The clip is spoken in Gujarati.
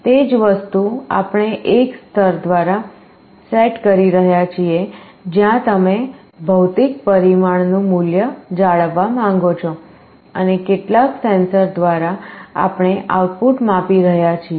તે જ વસ્તુ આપણે એક સ્તર દ્વારા સેટ કરી રહ્યા છીએ જ્યાં તમે ભૌતિક પરિમાણનું મૂલ્ય જાળવવા માંગો છો અને કેટલાક સેન્સર દ્વારા આપણે આઉટપુટ માપી રહ્યા છીએ